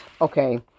okay